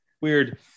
weird